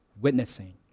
witnessing